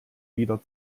wieder